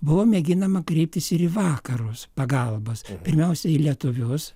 buvo mėginama kreiptis ir į vakarus pagalbos pirmiausia į lietuvius